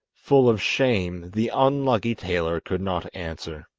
full of shame, the unlucky tailor could not answer.